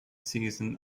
season